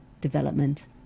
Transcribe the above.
development